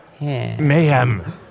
Mayhem